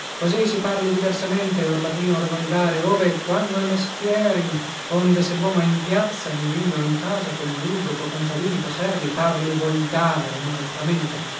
così si parli diversamente or latino or volgare ove e quando è mestieri onde se luomo è in piazza in villa o in casa col vulgo co contadini co servi parli volgare